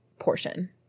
portion